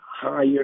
higher